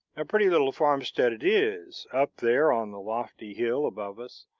a pretty little farmstead it is, up there on the lofty hill above us,